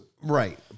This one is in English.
Right